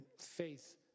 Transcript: faith